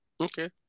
Okay